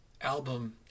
album